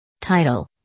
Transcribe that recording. Title